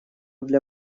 для